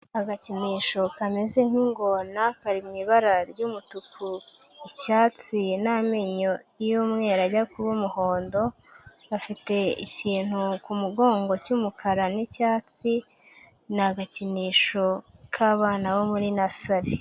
Agakinisho kameze nk'ingona kari mu ibara ry'umutuku, icyatsi n'amenyo y'umweru ajya kuba umuhondo, gafite ikintu ku mugongo cy'umukara n'icyatsi, ni agakinisho k'abana bo muri nasari.